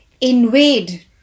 invade